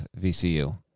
VCU